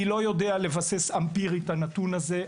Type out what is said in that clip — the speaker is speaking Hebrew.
אני לא יודע לבסס אמפירי את הנתון הזה.